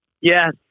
Yes